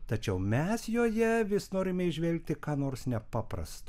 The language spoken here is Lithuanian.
tačiau mes joje vis norime įžvelgti ką nors nepaprasto